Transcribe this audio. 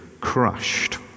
crushed